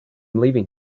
leaving